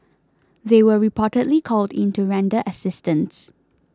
they were reportedly called in to render assistance